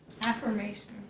Affirmation